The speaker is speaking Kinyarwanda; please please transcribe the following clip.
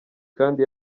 kandi